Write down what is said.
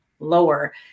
Lower